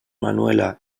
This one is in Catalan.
manuela